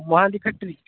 Mohanty factory